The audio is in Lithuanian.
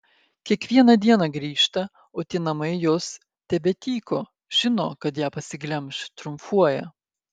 kiekvieną dieną grįžta o tie namai jos tebetyko žino kad ją pasiglemš triumfuoja